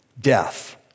Death